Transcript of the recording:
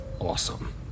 awesome